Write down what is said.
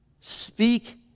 Speak